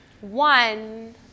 one